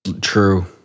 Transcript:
True